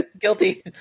Guilty